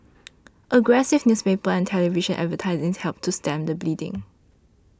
aggressive newspaper and television advertising helped to stem the bleeding